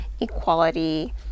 equality